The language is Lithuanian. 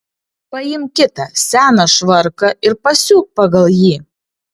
paimk kitą seną švarką ir pasiūk pagal jį